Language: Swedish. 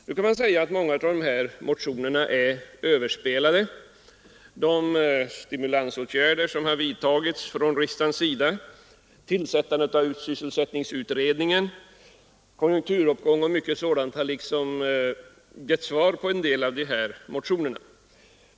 Måhga av dessa motioner kan ju sägas vara överspelade. De stimulansåtgärder som riksdagen vidtagit, tillsättandet av sysselsättningsutredningen, konjunkturuppgången och mycket annat sådant har så att säga gett svar på en del av dessa motioner.